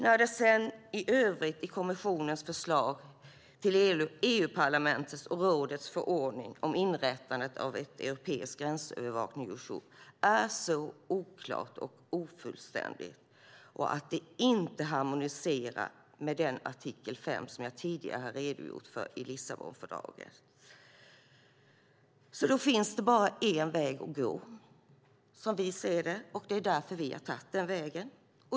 När det i övrigt i kommissionens förslag till EU-parlamentets och rådets förordning om inrättande av ett europeiskt gränsövervakningssystem, Eurosur, är så oklart och ofullständigt och att det inte harmoniserar med artikel 5 i Lissabonfördraget, som jag tidigare har redogjort för, finns bara en väg att gå som vi ser det, och det är därför vi har tagit den vägen.